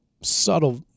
Subtle